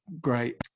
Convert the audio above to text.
great